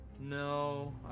No